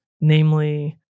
namely